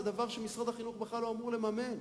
זה דבר שמשרד החינוך בכלל לא אמור לממן.